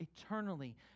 eternally